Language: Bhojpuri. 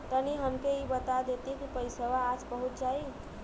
तनि हमके इ बता देती की पइसवा आज पहुँच जाई?